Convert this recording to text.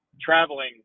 traveling